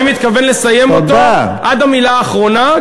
אני מתכוון לסיים אותו עד המילה האחרונה,